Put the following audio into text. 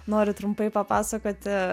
noriu trumpai papasakoti